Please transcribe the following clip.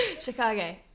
Chicago